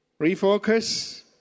Refocus